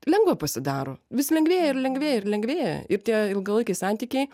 lengva pasidaro vis lengvėja ir lengvėja ir lengvėja ir tie ilgalaikiai santykiai